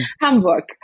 Hamburg